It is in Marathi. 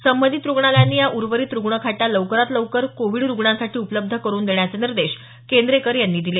संबंधित रुग्णालयांनी या उर्वरित रुग्णखाटा लवकरात लवकर कोविड रुग्णांसाठी उपलब्ध करुन देण्याचे निर्देश केंद्रेकर यांनी दिले